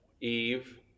Eve